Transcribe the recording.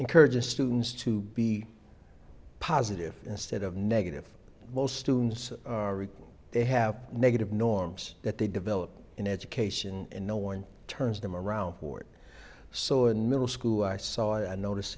encourages students to be positive instead of negative most students are written they have negative norms that they develop in education and no one turns them around fort so in middle school i saw a notice